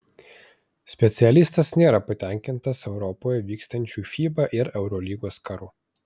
specialistas nėra patenkintas europoje vykstančiu fiba ir eurolygos karu